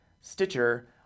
Stitcher